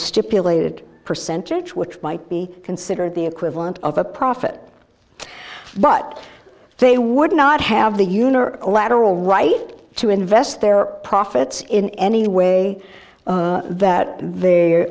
stipulated percentage which might be considered the equivalent of a profit but they would not have the uner collateral right to invest their profits in any way that